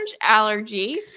allergy